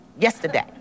yesterday